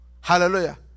hallelujah